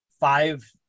five